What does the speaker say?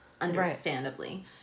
understandably